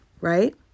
right